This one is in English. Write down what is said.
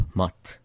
mat